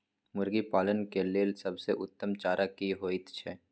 मुर्गी पालन के लेल सबसे उत्तम चारा की होयत छै?